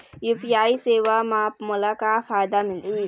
UPI सेवा म मोला का फायदा मिलही?